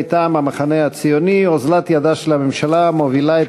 מטעם המחנה הציוני: אוזלת ידה של הממשלה המובילה את